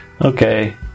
Okay